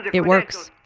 it works.